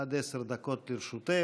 עד עשר דקות לרשותך.